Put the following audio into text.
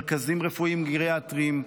מרכזים רפואיים גריאטריים,